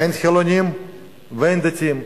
אין חילונים ואין דתיים.